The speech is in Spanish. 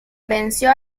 venció